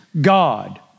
God